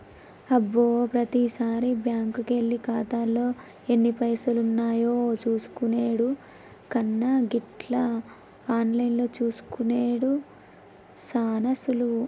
అబ్బో ప్రతిసారి బ్యాంకుకెళ్లి ఖాతాలో ఎన్ని పైసలున్నాయో చూసుకునెడు కన్నా గిట్ల ఆన్లైన్లో చూసుకునెడు సాన సులువు